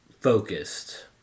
focused